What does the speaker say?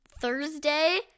Thursday